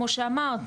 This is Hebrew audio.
כמו שאמרת,